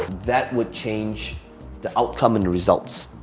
that will change the outcome and results.